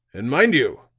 and mind you,